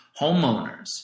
homeowners